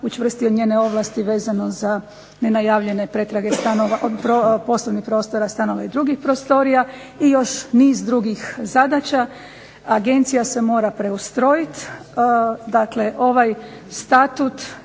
učvrstio njene ovlasti vezano za nenajavljene pretrage stanova, poslovnih prostora, stanova i drugih prostorija i još niz drugih zadaća, agencija se mora preustrojiti. Dakle, ovaj Statut